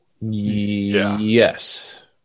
Yes